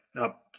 Up